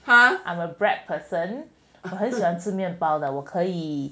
!huh! I'm a bread person 很喜欢吃面包的我可以